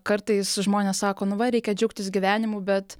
kartais žmonės sako nu va reikia džiaugtis gyvenimu bet